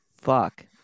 fuck